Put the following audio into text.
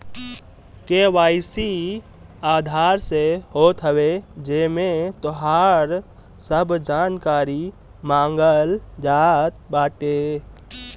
KYC Aadhaar से होत हवे जेमे तोहार सब जानकारी मांगल जात बाटे